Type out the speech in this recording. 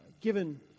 given